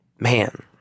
Man